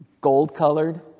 gold-colored